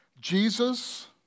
Jesus